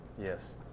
Yes